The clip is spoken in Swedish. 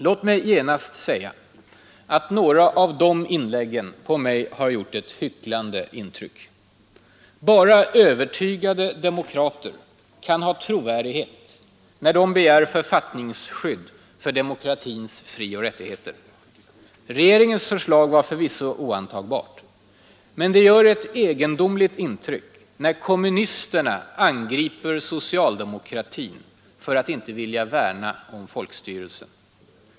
Låt mig genast säga att några av de inläggen på mig har gjort ett hycklande intryck. Bara övertygade demokrater kan ha trovärdighet när de begär författningsskydd för demokratins frioch rättigheter. Regeringens förslag var förvisso torftigt och oantagbart. Men det gör ett egendomligt intryck när kommunisterna angriper socialdemokratin för att inte vilja värna om folkstyrelsen.